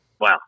Wow